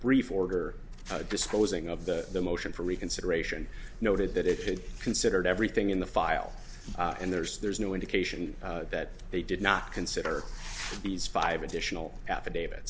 brief order disposing of the the motion for reconsideration noted that it considered everything in the file and there's there's no indication that they did not consider these five additional affidavit